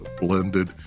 blended